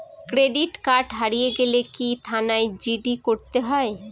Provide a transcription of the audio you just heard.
Credit card হারিয়ে গেলে কি থানায় জি.ডি করতে হয়?